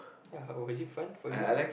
ya was it fun for you